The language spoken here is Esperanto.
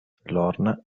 lorna